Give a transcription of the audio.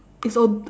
it's ob~